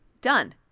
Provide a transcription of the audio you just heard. done